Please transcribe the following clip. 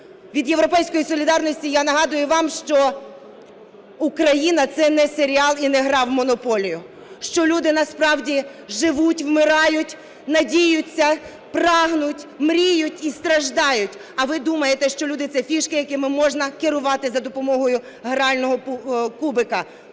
Від "Європейської солідарності" я нагадую вам, що Україна – це не серіал і не гра в монополію, що люди насправді живуть, вмирають, надіються, прагнуть, мріють і страждають, а ви думаєте, що люди – це фішки, якими можна керувати за допомогою грального кубика.